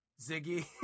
Ziggy